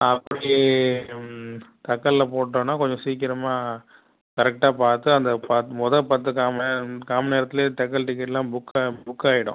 அப்படி தட்கல்ல போட்டோம்ன்னா கொஞ்சம் சீக்கிரமாக கரெக்ட்டாக பார்த்து அந்த பா முத பத்து கால்நே காம்நேரத்தில் தட்கல் டிக்கெட் எல்லாம் புக்கா புக்காயிடும்